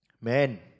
Men